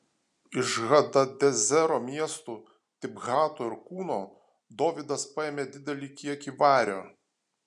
iš hadadezero miestų tibhato ir kūno dovydas paėmė didelį kiekį vario